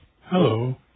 Hello